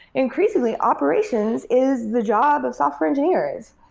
increasingly, operations is the job of software engineers,